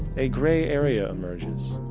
a grey area emerges.